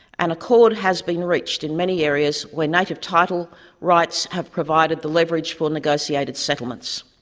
an accord has been reached in many areas where native title rights have provided the leverage for negotiated settlements.